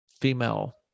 female